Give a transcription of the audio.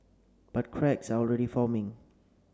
but cracks are already forming